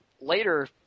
later